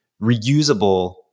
reusable